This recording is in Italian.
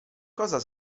cosa